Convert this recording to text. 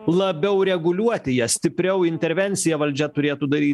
labiau reguliuoti jas stipriau intervenciją valdžia turėtų daryt